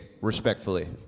Respectfully